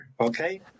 okay